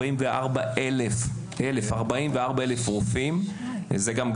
יש 3,600 ממתינים צריך לסגור את הפער הזה זה לא